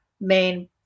main